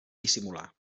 dissimular